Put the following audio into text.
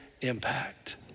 Impact